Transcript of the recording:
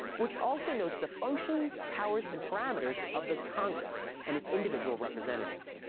which also notes the functions, powers, and parameters of the congress and its individual representatives.